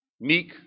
Meek